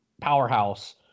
powerhouse